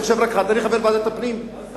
כחבר ועדת הפנים,